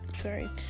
sorry